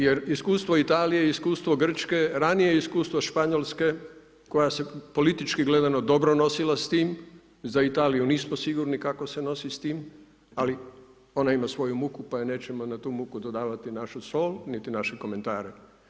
Jer iskustvo Italije, iskustvo Grčko, ranije iskustvo Španjolske koja se politički gledano dobro nosila sa tim, za Italiju nismo sigurni kako se nosi s tim ali o na ima svoju muku pa joj nećemo na tu muku dodavati našu sol niti naše komentare.